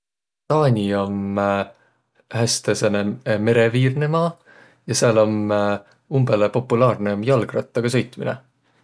Taani om häste sääne mereviirne maa ja sääl om umbõlõ populaarnõ om jalgrattaga sõitminõ.